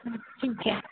ठीक आहे